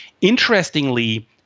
Interestingly